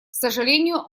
сожалению